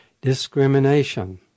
discrimination